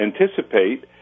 anticipate